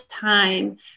time